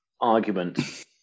argument